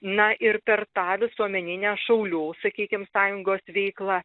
na ir per tą visuomeninę šaulių sakykim sąjungos veiklą